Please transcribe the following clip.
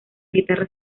guitarra